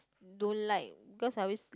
don't like cause I always